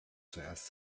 zuerst